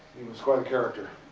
he was quite a character.